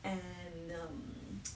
and um